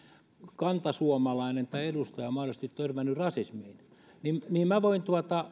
kantasuomalainen tai edustaja mahdollisesti törmännyt rasismiin niin minä voin